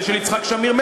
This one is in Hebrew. ושל יצחק שמיר,